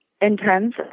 intense